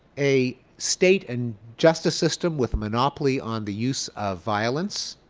a state and justice system with monopoly on the use of violence,